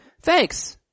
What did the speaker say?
Thanks